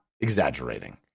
exaggerating